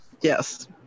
yes